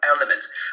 elements